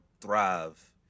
thrive